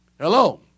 Hello